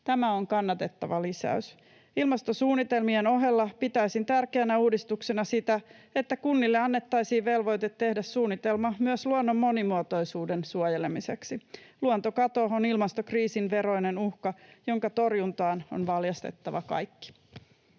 Tämä on kannatettava lisäys. Ilmastosuunnitelmien ohella pitäisin tärkeänä uudistuksena sitä, että kunnille annettaisiin velvoite tehdä suunnitelma myös luonnon monimuotoisuuden suojelemiseksi. Luontokato on ilmastokriisin veroinen uhka, jonka torjuntaan on valjastettava kaikki.